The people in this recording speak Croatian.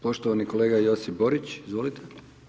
Poštovani kolega Josip Borić, izvolite.